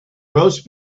roast